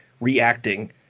reacting